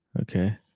Okay